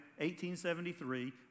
1873